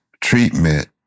treatment